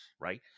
right